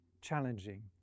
challenging